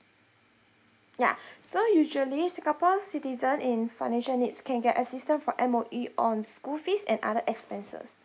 yeah so usually singapore citizen in financial needs can get assistant from M_O_E on school fees and other expenses